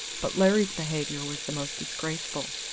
but larry's behavior was the most disgraceful,